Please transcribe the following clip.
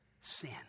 sin